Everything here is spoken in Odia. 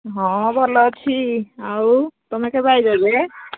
ହଁ ଭଲ ଅଛି ଆଉ ତୁମେ ଆସିଛ ଯେ